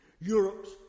Europe's